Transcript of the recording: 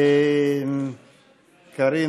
אני